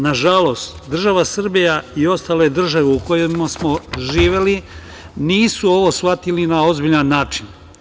Na žalost, država Srbija i ostale države u kojima smo živeli nisu ovo shvatili na ozbiljan način.